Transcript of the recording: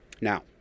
Now